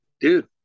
dude